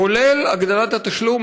כולל הגדלת התשלום.